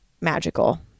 magical